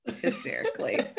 hysterically